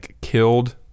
killed